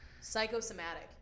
Psychosomatic